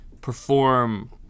perform